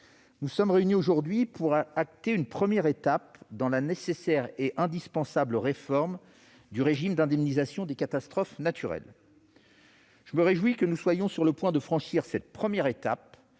nous sommes réunis aujourd'hui pour acter une première étape de la réforme nécessaire, voire indispensable, du régime d'indemnisation des catastrophes naturelles. Je me réjouis que nous soyons sur le point de franchir cette première étape,